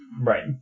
Right